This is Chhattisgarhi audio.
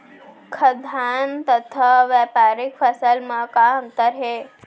खाद्यान्न तथा व्यापारिक फसल मा का अंतर हे?